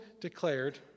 declared